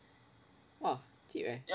!wah! cheap eh